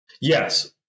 Yes